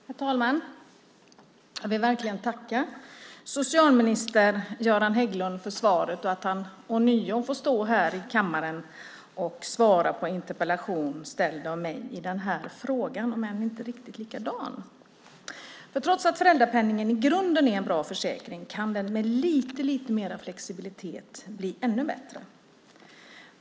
Herr talman! Jag vill verkligen tacka socialminister Göran Hägglund för svaret. Han får ånyo stå här i kammaren och svara på en interpellation ställd av mig i den här frågan, även om den inte är riktigt likadan. Trots att föräldrapenningen i grunden är en bra försäkring kan den med lite mer flexibilitet bli ännu bättre.